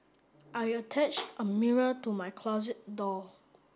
I attached a mirror to my closet door